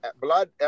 Blood